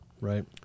Right